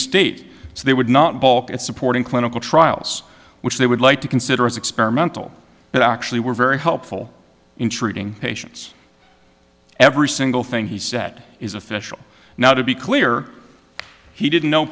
state so they would not balk at supporting clinical trials which they would like to consider as experimental but actually were very helpful in treating patients every single thing he said is official now to be clear he didn't know